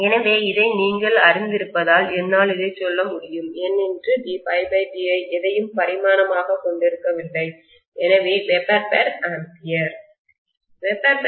எனவே இதை நீங்கள் அறிந்திருப்பதால் என்னால் இதைச் சொல்ல முடியும் Nd∅di எதையும் பரிமாணமாக கொண்டிருக்கவில்லை எனவே WbA